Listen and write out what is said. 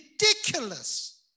ridiculous